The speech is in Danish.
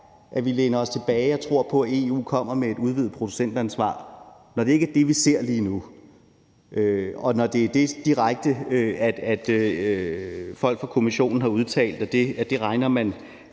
at vi læner os tilbage og tror på, at EU kommer med et udvidet producentansvar, når det ikke er det, vi ser lige nu, og når folk fra Kommissionen direkte har udtalt, at det regner man